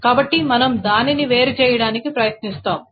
కాబట్టి మనము దానిని వేరుచేయడానికి ప్రయత్నిస్తాము